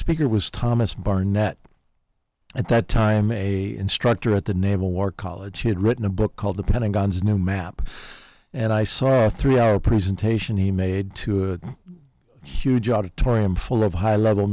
speaker was thomas barnett at that time a instructor at the naval war college she had written a book called the pentagon's new map and i saw a three hour presentation he made to a huge auditorium full of high level